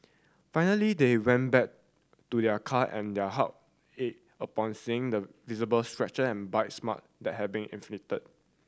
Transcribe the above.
finally they went back to their car and their heart ached upon seeing the visible scratch and bites mark that had been inflicted